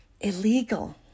illegal